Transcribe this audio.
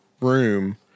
room